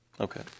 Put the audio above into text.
Okay